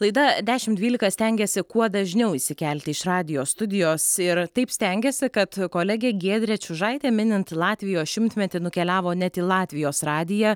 laida dešim dvylika stengiasi kuo dažniau išsikelti iš radijo studijos ir taip stengiasi kad kolegė giedrė čiužaitė minint latvijos šimtmetį nukeliavo net į latvijos radiją